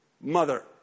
mother